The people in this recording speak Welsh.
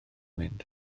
mynd